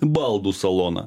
baldų saloną